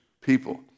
people